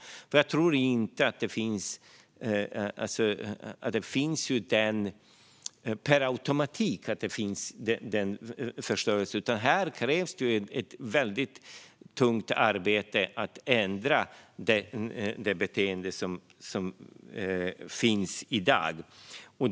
Jag tror nämligen inte att det per automatik finns denna förståelse, utan här krävs det ett mycket stort arbete med att ändra det beteende som finns i dag.